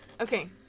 Okay